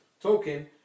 token